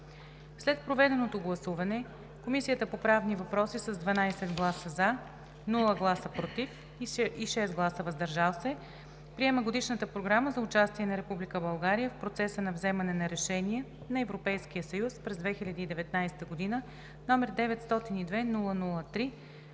След проведеното гласуване Комисията по правни въпроси с 12 гласа „за“, без „против“ и 6 гласа „въздържал се“ приема Годишната програма за участие на Република България в процеса на вземане на решения на Европейския съюз през 2019 г., № 902-00-3,